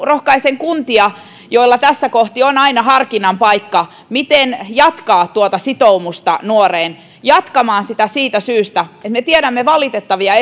rohkaisen kuntia joilla tässä kohti on aina harkinnan paikka miten jatkaa tuota sitoumusta nuoreen jatkamaan sitä siitä syystä että me tiedämme valitettavia